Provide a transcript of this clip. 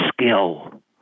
skill